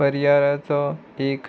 परयाराचो एक